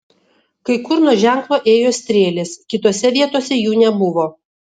kai kur nuo ženklo ėjo strėlės kitose vietose jų nebuvo